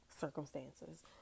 circumstances